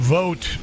vote